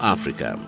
Africa